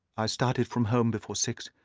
i started from home before six,